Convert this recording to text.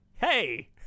hey